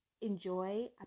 enjoy